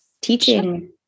teaching